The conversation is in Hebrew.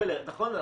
נכון,